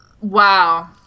Wow